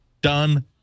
Done